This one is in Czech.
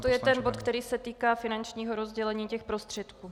To je ten bod, který se týká finančního rozdělení prostředků.